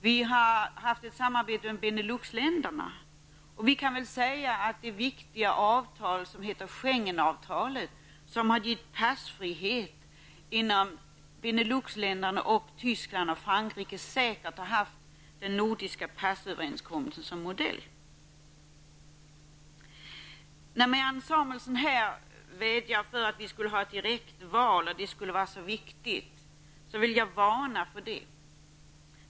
Vi har haft ett samarbete med Benelux-länderna. Vi kan nog säga att Schengenavtalet, det viktiga avtal som har gett passfrihet inom Benelux-länderna, Tyskland och Frankrike, säkert har haft den nordiska passöverenskommelsen som modell. När Marianne Samuelsson här vädjar om att vi skall ha direktval och säger att det skulle vara så viktigt vill jag varna för detta.